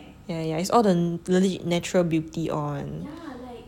yeah yeah it's really all the natural beauty all